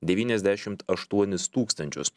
devyniasdešimt aštuonis tūkstančius